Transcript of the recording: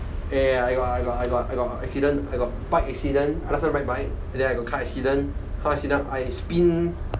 ya ya ya I got I got I got I got accident I got bike accident last time ride bike then I got car accident car accident I spin